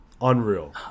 Unreal